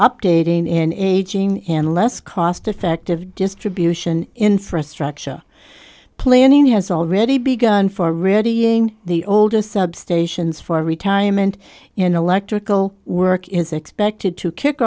updating and aging in less cost effective distribution infrastructure planning has already begun for readying the oldest substations for retirement in electrical work is expected to kick